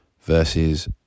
versus